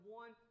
one